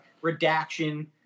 redaction